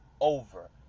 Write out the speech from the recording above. over